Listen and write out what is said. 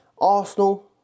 Arsenal